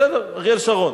בסדר, אריאל שרון,